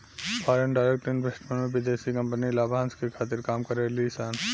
foreign direct investment में विदेशी company लाभांस के खातिर काम करे ली सन